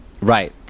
Right